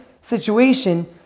situation